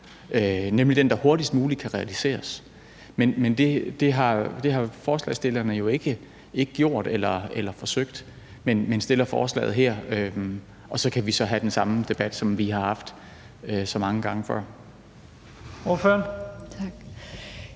nemlig den, der hurtigst muligt kan realiseres. Men det har forslagsstillerne jo ikke gjort eller forsøgt. De fremsætter forslaget her, og så kan vi have den samme debat, som vi har haft så mange gange før.